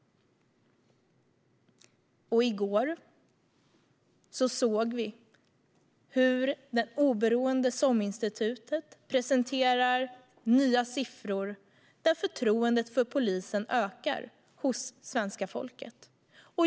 I går såg vi hur det oberoende SOM-institutet presenterade nya siffror som visar att förtroendet för polisen ökar hos svenska folket.